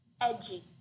edgy